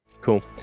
cool